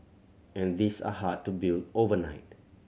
and these are hard to build overnight